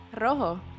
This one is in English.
rojo